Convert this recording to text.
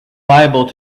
liable